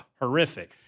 horrific